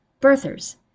Birthers